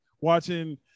watching